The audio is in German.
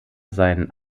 seinen